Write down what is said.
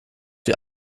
die